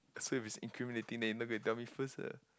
so if it's incriminating then you not gonna tell me first ah